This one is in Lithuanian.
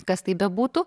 kas tai bebūtų